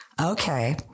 okay